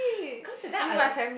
cause that time I